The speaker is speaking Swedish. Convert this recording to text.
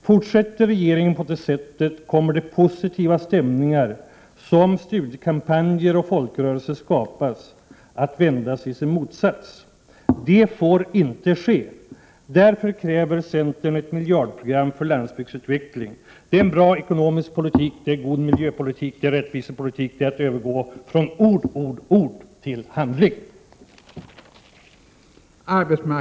Fortsätter regeringen på det sättet, kommer de positiva stämningar som studiekampanjer och folkrörelser skapat att vändas i sin motsats. Det får inte ske! Därför kräver centern ett miljardprogram för landsbygdsutveckling. Det är bra ekonomisk politik. Det är god miljöpolitik. Det är rättvisepolitik. Det är att övergå från ord, ord, ord = Prot. 1988/89:28